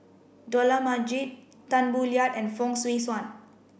Dollah Majid Tan Boo Liat and Fong Swee Suan